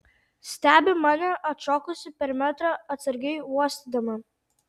stebi mane atšokusi per metrą atsargiai uostydama